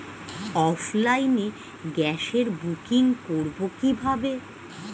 অফলাইনে গ্যাসের বুকিং করব কিভাবে?